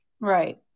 right